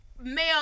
male